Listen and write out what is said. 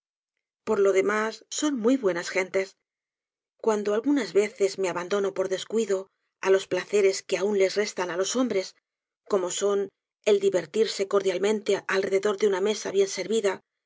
por lo demás son muy buenas gentes cuando algunas veces me abandono por descuidó á los placeres que aun les restan á los hombres como son el divertirse cordialmente alrededor de una mesa bien servida